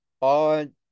on